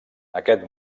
aquest